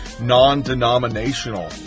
non-denominational